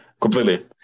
Completely